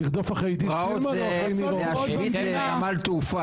פרעות זה לשרוף כבישים,